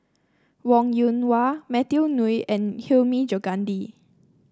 Wong Yoon Wah Matthew Ngui and Hilmi Johandi